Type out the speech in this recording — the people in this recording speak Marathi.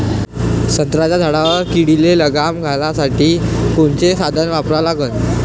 संत्र्याच्या झाडावर किडीले लगाम घालासाठी कोनचे साधनं वापरा लागन?